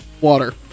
water